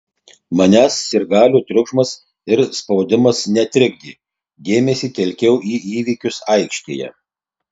manęs sirgalių triukšmas ir spaudimas netrikdė dėmesį telkiau į įvykius aikštėje